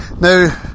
now